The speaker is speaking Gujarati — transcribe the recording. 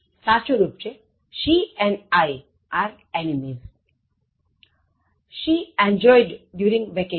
સાચું રુપ She and I are enemies